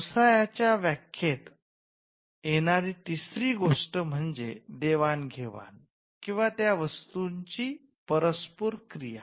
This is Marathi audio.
व्यवसायाच्या व्याख्येत येणारी तिसरी गोष्टम्हणजे देवाणघेवाण किंवा त्या वस्तूची परस्पर क्रिया